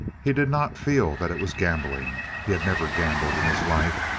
he did not feel that it was gambling. he had never gambled in his life,